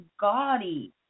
gaudy